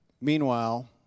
Meanwhile